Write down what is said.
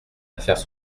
affaires